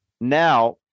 Now